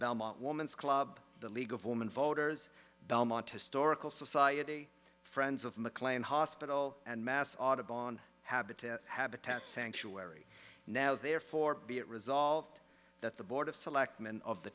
belmont woman's club the league of women voters belmont historical society friends of mclean hospital and mass audubon habitat habitat sanctuary now therefore be it resolved that the board of selectmen of the